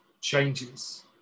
changes